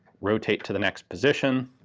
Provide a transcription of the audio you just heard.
rotate to the next position,